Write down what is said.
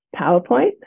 PowerPoint